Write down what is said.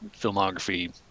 filmography